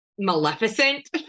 Maleficent